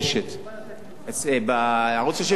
בערוץ-33 יש ערוץ,